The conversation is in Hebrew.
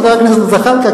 חבר הכנסת זחאלקה,